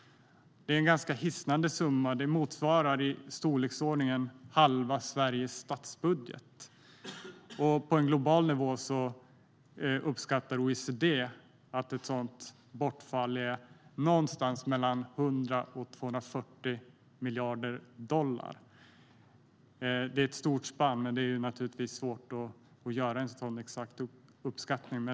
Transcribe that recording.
Det är en ganska hisnande summa som motsvarar i storleksordningen halva Sveriges statsbudget. På en global nivå uppskattar OECD att bortfallet är någonstans mellan 100 och 240 miljarder dollar. Det är ett stort spann, men det är naturligtvis svårt att göra en exakt uppskattning.